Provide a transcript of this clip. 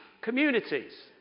communities